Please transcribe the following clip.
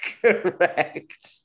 Correct